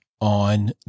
on